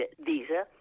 visa